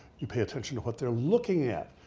you pay attention to what they're looking at.